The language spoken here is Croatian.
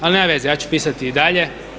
Ali nema veze, ja ću pisati i dalje.